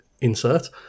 insert